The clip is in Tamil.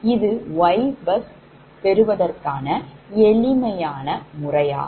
இது YBus பெறுவதற்கான எளிமையான முறையாகும்